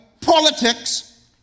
politics